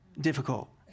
Difficult